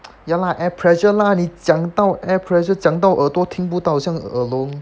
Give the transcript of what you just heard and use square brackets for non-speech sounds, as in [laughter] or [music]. [noise] ya lah air pressure lah 你讲到 air pressure 讲到耳朵听不到很像耳聋